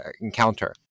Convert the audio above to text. encounter